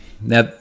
now